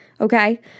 okay